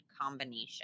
combination